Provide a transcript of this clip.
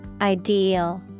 Ideal